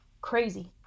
Crazy